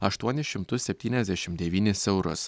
aštuonis šimtus septyniasdešimt devynis eurus